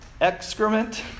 excrement